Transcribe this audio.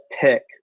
pick